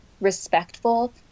respectful